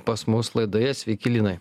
pas mus laidoje sveiki linai